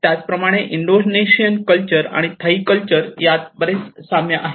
त्याचप्रमाणे Indonesian culture आणि Thai culture यात बरेच साम्य आहे